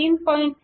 3